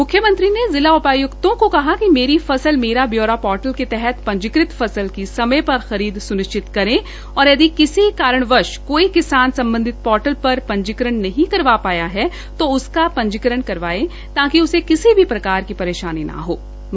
मुख्यमंत्री ने जिला उपायुक्तों को कहा कि मेरी फसल मेरा ब्यौरा पोर्टल के तहत पंजीकृत फसल की समय पर खरीद सुनिश्चित करें और यदि किसी कारणवश कोई किसान संबंधित पोर्टल पर पंजीकरण नहीं करवा पाया है तो उसका पंजीकरण करवाते हए खरीद सुनिश्चित करें और उसे किसी भी प्रकार की परेशानी न आने दें